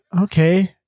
okay